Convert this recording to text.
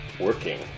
working